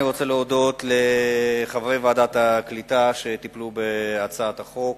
אני רוצה להודות לחברי ועדת הקליטה שטיפלו בהצעת החוק,